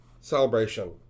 celebration